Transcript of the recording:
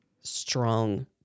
strong